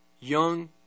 young